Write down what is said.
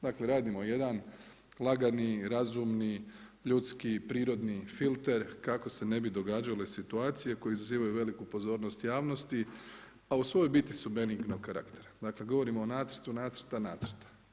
Dakle radimo jedan lagani, razumni, ljudski, prirodni filter kako se ne bi događale situacije koje izazivaju veliku pozornost javnosti, a u svojoj biti su benignog karaktera, dakle govorimo o nacrtu nacrta, nacrta.